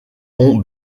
léon